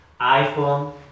iPhone